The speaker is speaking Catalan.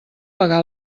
pagar